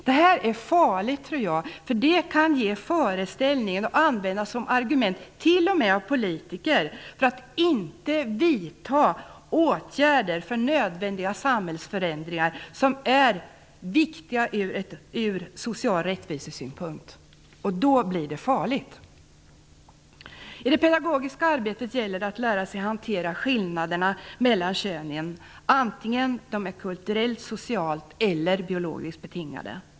Det här är farligt, tror jag, därför att det kan ge föreställningar och det kan användas som argument t.o.m. av politiker för att inte vidta åtgärder för nödvändiga samhällsförändringar som är viktiga från social rättvisesynpunkt. Då blir det farligt. I det pedagogiska arbetet gäller det att lära sig att hantera skillnaderna mellan könen, antingen de är kulturellt, socialt eller biologiskt betingade.